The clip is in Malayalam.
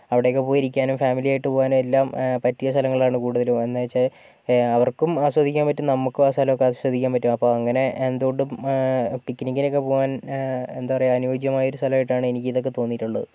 അവിടെയൊക്കെ പോയി ഇരിക്കാനും ഫാമിലിയായിട്ട് പോവാനും എല്ലാം പറ്റിയ സ്ഥലങ്ങളാണ് കൂടുതലും എന്ന് വെച്ചാൽ അവർക്കും ആസ്വദിക്കാൻ പറ്റും നമുക്കും ആ സ്ഥലമൊക്കെ ആസ്വദിക്കാൻ പറ്റും അപ്പോൾ അങ്ങനെ എന്തുകൊണ്ടും പിക്നിക്കിനൊക്കെ പോവാൻ എന്താ പറയാ അനുയോജ്യമായ ഒരു സ്ഥലമായിട്ടാണ് എനിക്കിതൊക്കെ തോന്നിയിട്ടുള്ളത്